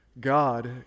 God